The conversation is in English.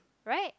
right